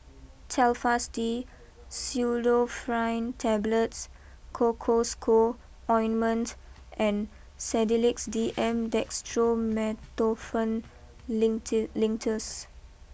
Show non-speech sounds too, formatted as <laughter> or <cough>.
Telfast D Pseudoephrine Tablets Cocois Co Ointment and Sedilix D M Dextromethorphan <unintelligible> Linctus